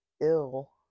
ill